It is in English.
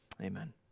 Amen